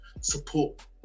support